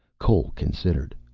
cole considered.